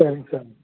சரிங்க சார்